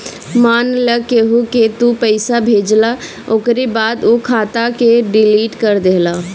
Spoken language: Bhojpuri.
मान लअ केहू के तू पईसा भेजला ओकरी बाद उ खाता के डिलीट कर देहला